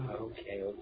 Okay